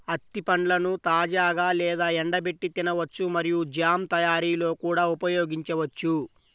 అత్తి పండ్లను తాజాగా లేదా ఎండబెట్టి తినవచ్చు మరియు జామ్ తయారీలో కూడా ఉపయోగించవచ్చు